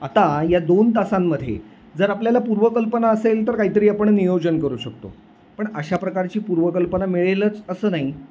आता या दोन तासांमध्ये जर आपल्याला पूर्वकल्पना असेल तर काहीतरी आपण नियोजन करू शकतो पण अशा प्रकारची पूर्वकल्पना मिळेलच असं नाही